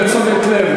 לתשומת לב,